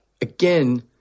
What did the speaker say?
again